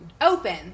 Open